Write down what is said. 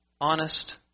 honest